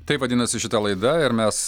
taip vadinasi šita laida ir mes